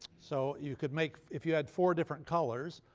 so you could make, if you had four different colors,